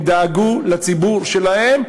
הם דאגו לציבור שלהם.